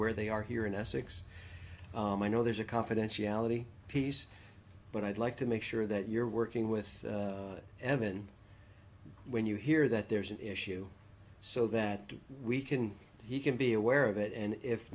where they are here in essex i know there's a confidentiality piece but i'd like to make sure that you're working with evan when you hear that there's an issue so that we can he can be aware of it and if